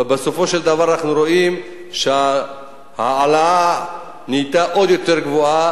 ובסופו של דבר אנחנו רואים שההעלאה נהייתה עוד יותר גבוהה,